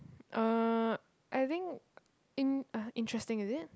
uh I think in~ ah interesting is it